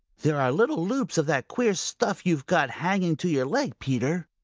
there are little loops of that queer stuff you've got hanging to your leg, peter,